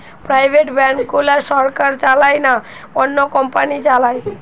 private bank গুলা সরকার চালায় না, অন্য কোম্পানি চালায়